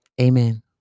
Amen